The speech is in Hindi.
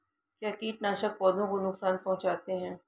क्या कीटनाशक पौधों को नुकसान पहुँचाते हैं?